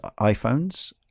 iPhones